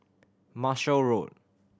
Marshall Road